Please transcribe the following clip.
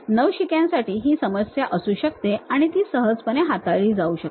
नवशिक्यासाठी ही समस्या असू शकते आणि ती सहजपणे हाताळली जाऊ शकते